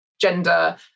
gender